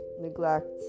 neglect